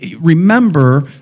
remember